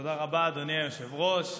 תודה רבה, אדוני היושב-ראש.